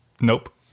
Nope